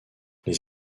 les